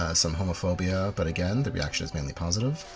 ah some homophobia, but again the reaction is mostly positive.